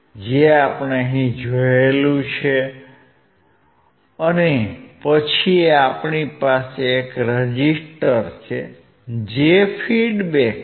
જે આપણે અહીં જોયું છે અને પછી આપણી પાસે એક રેઝિસ્ટર છે જે ફીડ્બેક છે